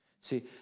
See